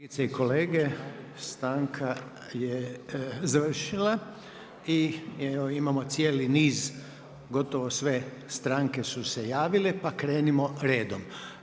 i kolege, stanka je završila i evo imamo cijeli niz, gotovo sve stranke su se javile pa krenimo redom.